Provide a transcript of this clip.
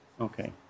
Okay